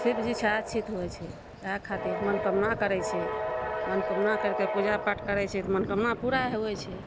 शिवजी छै अच्छी होइ छै वएह खातिर मन कमना करय छै मन कामना करिके पूजा पाठ करय छै तऽ मन कामना पूरा होबय छै